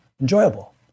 enjoyable